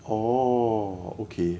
orh okay